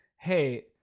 hey